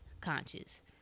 conscious